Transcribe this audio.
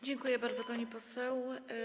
Dziękuję bardzo, pani poseł.